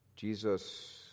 Jesus